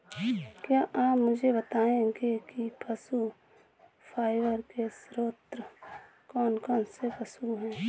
क्या आप मुझे बताएंगे कि पशु फाइबर के स्रोत कौन कौन से पशु हैं?